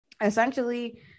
essentially